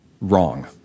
wrong